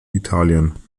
italien